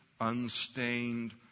unstained